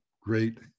great